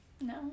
No